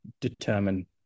determine